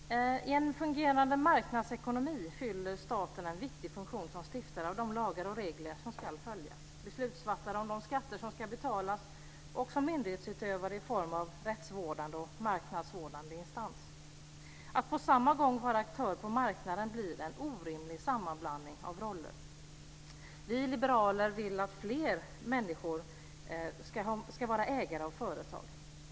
Herr talman! I en fungerande marknadsekonomi fyller staten en viktig funktion som stiftare av de lagar och regler som ska följas, som beslutsfattare när det gäller de skatter som ska betalas och som myndighetsutövare i form av rättsvårdande och marknadsvårdande instans. Att på samma gång vara aktör på marknaden blir en orimlig sammanblandning av roller. Vi liberaler vill att fler människor ska vara ägare av företag.